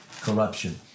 corruption